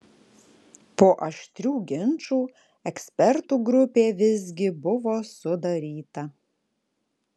po aštrių ginčų ekspertų grupė visgi buvo sudaryta